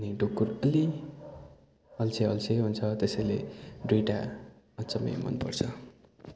अनि ढुकुर अलि अल्छे अल्छे हुन्छ त्यसैले दुईवटा अचम्मै मनपर्छ